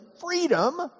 freedom